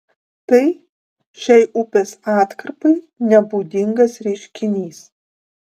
tai šiai upės atkarpai nebūdingas reiškinys